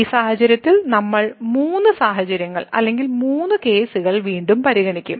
ഈ സാഹചര്യത്തിൽ നമ്മൾ മൂന്ന് സാഹചര്യങ്ങൾ അല്ലെങ്കിൽ മൂന്ന് കേസുകൾ വീണ്ടും പരിഗണിക്കും